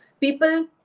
people